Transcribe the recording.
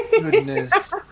goodness